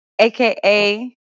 aka